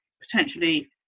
potentially